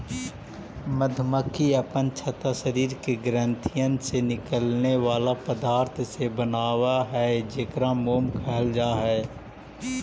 मधुमक्खी अपन छत्ता शरीर के ग्रंथियन से निकले बला पदार्थ से बनाब हई जेकरा मोम कहल जा हई